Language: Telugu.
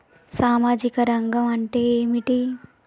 సామాజిక రంగం అంటే ఏమిటి?